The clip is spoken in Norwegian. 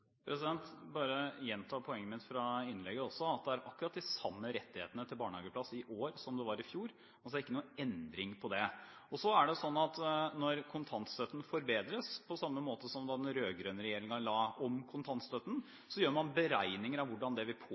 bare gjenta poenget mitt fra innlegget, at det er akkurat de samme rettighetene til barnehageplass i år som det var i fjor. Det er altså ikke noen endring på det. Det er sånn at når kontantstøtten forbedres, på samme måten som da den rød-grønne regjeringen la om kontantstøtten, gjør man beregninger av hvordan det